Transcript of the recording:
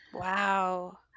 wow